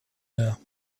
know